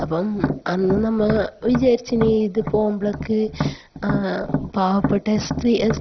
അപ്പം അന്ന് നമ്മൾവിചാരിച്ചു ഇത് പോവുമ്പഴേക്ക് പാവപ്പെട്ട എസ് സി